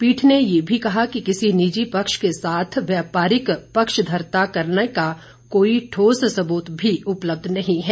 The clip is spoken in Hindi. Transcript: पीठ ने यह भी कहा कि किसी निजी पक्ष के साथ व्यापारिक पक्षधरता करने का कोई ठोस सबूत भी उपलब्ध नहीं है